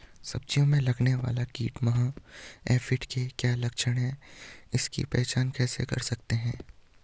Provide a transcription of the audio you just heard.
सब्जियों में लगने वाला कीट माह एफिड के क्या लक्षण हैं इसकी पहचान कैसे कर सकते हैं?